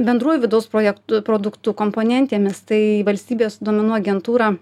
bendruoju vidaus projektu produktu komponentėmis tai valstybės duomenų agentūra